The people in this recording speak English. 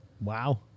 Wow